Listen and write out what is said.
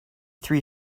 three